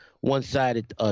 one-sided